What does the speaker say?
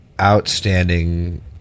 outstanding